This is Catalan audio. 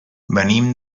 venim